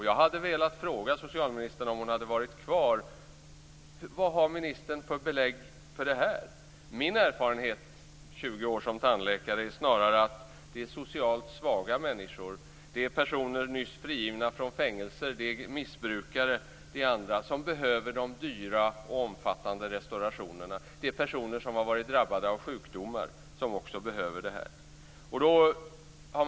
Jag hade velat fråga socialministern, om hon hade varit kvar, vad ministern har för belägg för detta. Min erfarenhet efter 20 år som tandläkare, är att det snarare är socialt svaga människor, människor just frigivna från fängelse och missbrukare som behöver de dyra omfattande restaurationerna. Det är också personer som är drabbade av sjukdomar som behöver detta.